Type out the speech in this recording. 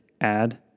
add